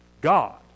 God